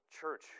church